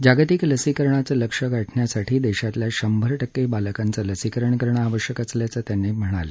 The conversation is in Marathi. जागतिक लसीकरणाचं लक्ष गाठण्यासाठी देशातल्या शंभर टक्के बालकांचं लसीकरण करणं आवश्यक असल्याचं ते म्हणाले